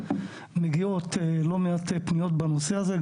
מגיעות לא מעט פניות בנושא הזה.